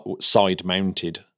side-mounted